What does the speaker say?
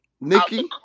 Nikki